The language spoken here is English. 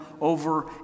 over